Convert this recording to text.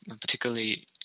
particularly